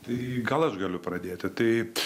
tai gal aš galiu pradėti tai